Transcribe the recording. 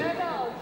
הרבה מאוד.